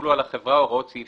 יחולו על החברה הוראות סעיף